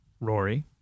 Rory